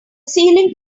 ceiling